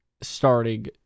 starting